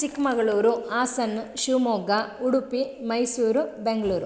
Chikkamagaluru Hassan Shivamogga Udupi Mysuru Bengaluru